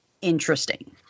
interesting